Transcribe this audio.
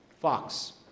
fox